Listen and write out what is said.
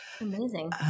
Amazing